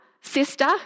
sister